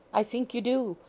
i think you do.